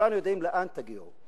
כולנו יודעים לאן תגיעו.